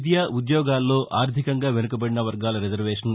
విద్య ఉద్యోగాల్లో అర్దికంగా వెనుకబదిన వర్గాల రిజర్వేషన్